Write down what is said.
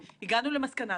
שזה הדבר שמטריד אותנו.